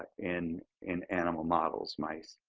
in in animal models, mice,